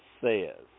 says